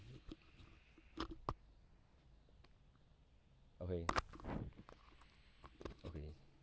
okay okay